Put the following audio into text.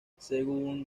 según